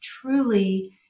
truly